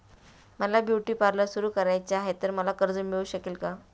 मला beauty parlour सुरू करायचे आहे तर मला कर्ज मिळू शकेल का?